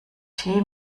tee